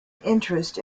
interest